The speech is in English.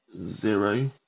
Zero